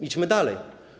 Idźmy dalej.